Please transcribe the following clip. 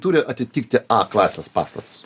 turi atitikti a klasės pastatus